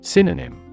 Synonym